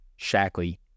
Shackley